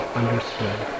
understood